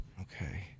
Okay